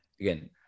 Again